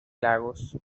lagos